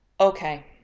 okay